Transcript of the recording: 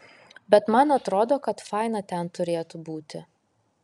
bet man atrodo kad faina ten turėtų būti